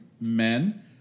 men